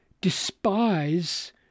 despise